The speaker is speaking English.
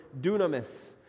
dunamis